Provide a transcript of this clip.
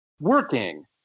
working